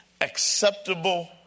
acceptable